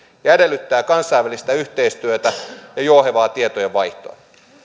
ja edellyttää kansainvälistä yhteistyötä ja jouhevaa tietojenvaihtoa